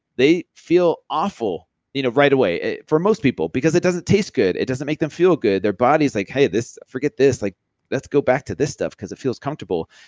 they feel awful you know right away for most people because it doesn't taste good. it doesn't make them feel good. their body's like hey, forget this, like let's go back to this stuff because it feels comfortable.